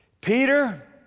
Peter